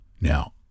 now